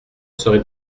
serai